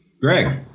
Greg